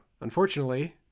Unfortunately